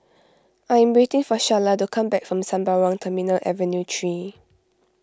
I am waiting for Sharla to come back from Sembawang Terminal Avenue three